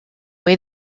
way